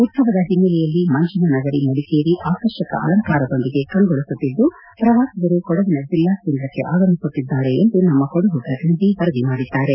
ಉತ್ಸವದ ಹಿನ್ನಲೆಯಲ್ಲಿ ಮಂಜಿನ ನಗರಿ ಮಡಿಕೇರಿ ಆಕರ್ಷಕ ಅಲಂಕಾರದೊಂದಿಗೆ ಕಂಗೊಳಿಸುತ್ತಿದ್ದು ಪ್ರವಾಸಿಗರು ಕೊಡಗಿನ ಜಿಲ್ಲಾ ಕೇಂದ್ರಕ್ಕೆ ಆಗಮಿಸುತ್ತಿದ್ದಾರೆ ಎಂದು ನಮ್ಮ ಕೊಡಗು ಪ್ರತಿನಿಧಿ ವರದಿ ಮಾಡಿದ್ದಾರೆ